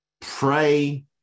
pray